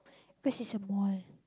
because it's a mall